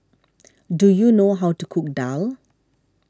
do you know how to cook Daal